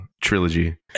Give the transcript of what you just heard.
trilogy